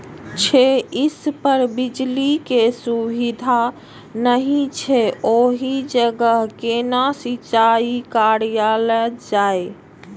छै इस पर बिजली के सुविधा नहिं छै ओहि जगह केना सिंचाई कायल जाय?